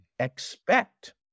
expect